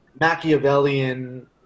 Machiavellian